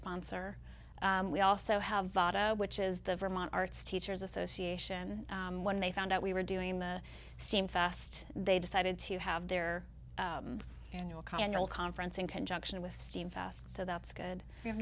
sponsor we also have which is the vermont arts teacher's association when they found out we were doing the same fast they decided to have their annual conference in conjunction with steam fast so that's good we have